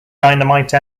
dynamite